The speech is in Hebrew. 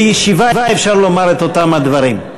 בישיבה אפשר לומר את אותם הדברים.